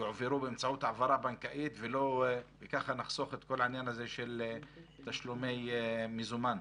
יועברו באמצעות העברה בנקאית וככה נחסוך את כל העניין של תשלומי מזומן?